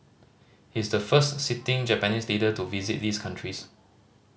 he is the first sitting Japanese leader to visit these countries